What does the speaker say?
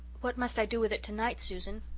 what must i do with it tonight, susan?